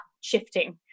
shifting